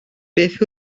beth